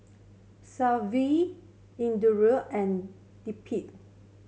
Sanjeev Indira and Dilip